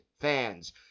fans